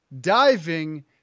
diving